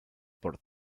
por